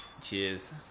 Cheers